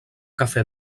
café